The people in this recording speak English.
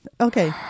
Okay